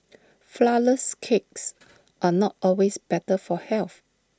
Flourless Cakes are not always better for health